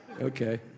Okay